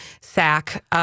sack